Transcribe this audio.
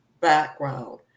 background